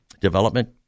development